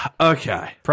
Okay